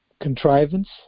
contrivance